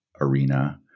arena